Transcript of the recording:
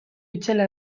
itzela